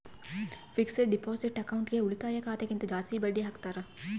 fixed deposit ಅಕೌಂಟ್ಗೆ ಉಳಿತಾಯ ಖಾತೆ ಗಿಂತ ಜಾಸ್ತಿ ಬಡ್ಡಿ ಹಾಕ್ತಾರ